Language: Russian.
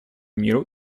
миру